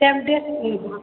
tape dress ପିନ୍ଧ୍ବା